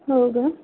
हो का